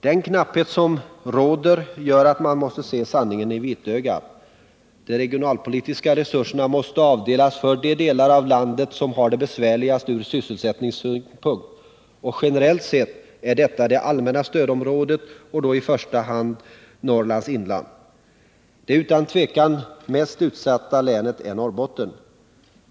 Den knapphet som råder gör att man måste sanningen i vitögat: De regionalpolitiska resurserna måste avdelas för de delar av landet som har det besvärligast ur sysselsättningssynpunkt, och generellt sett är detta det allmänna stödområdet och då i första hand Norrlands inland. Det utan tvivel mest utsatta länet är Norrbotten.